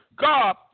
God